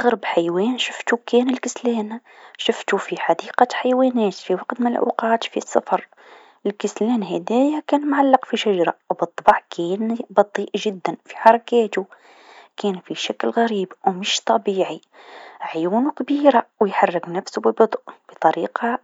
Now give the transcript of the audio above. أغرب حيوان شفتو كان الكسلان، شفتو في حديقة الحيوانات في وقت من الأوقات في السفر، الكسلان هذايا كان معلق في شجره و بالطبع كان بطيء جدا في حركاتو، كان في شكل غريب و مش طبيعي، عيونو كبيرا و يحرك نفسو ببطء بطريقه